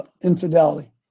Infidelity